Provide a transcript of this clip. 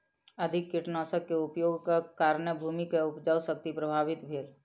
अधिक कीटनाशक के उपयोगक कारणेँ भूमि के उपजाऊ शक्ति प्रभावित भेल